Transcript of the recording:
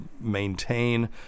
maintain